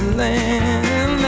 land